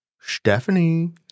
Stephanie